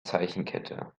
zeichenkette